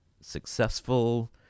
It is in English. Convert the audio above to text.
successful